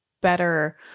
better